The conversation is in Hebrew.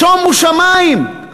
"שומו שמים".